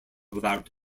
without